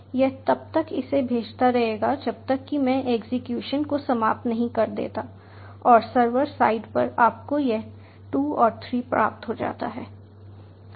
यह तब तक इसे भेजता रहेगा जब तक कि मैं एग्जीक्यूशन को समाप्त नहीं कर देता और सर्वर साइड पर आपको यह 2 और 3 प्राप्त हो जाता है